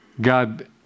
God